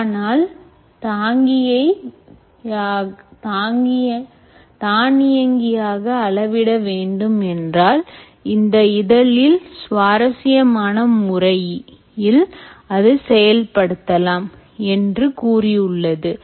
ஆனால் தானியங்கியாக அளவிட வேண்டும் என்றால் இந்த இதழில் சுவாரஸ்யமான முறையில் அது செயல்படுத்தலாம் என்று கூறியுள்ளது